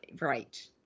Right